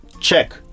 check